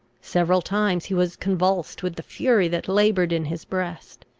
several times he was convulsed with the fury that laboured in his breast.